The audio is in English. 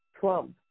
Trump